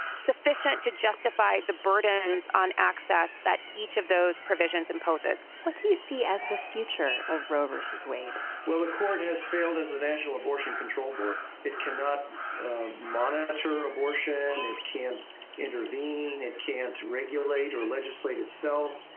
sufficient to justify the burdens on access that each of those provisions imposes. what do you see as the future of roe versus wade? well, the court has failed as the national abortion control board. it can not monitor abortion. it can't intervene, it can't regulate or legislate itself,